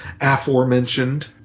aforementioned